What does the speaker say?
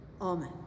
Amen